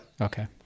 Okay